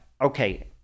Okay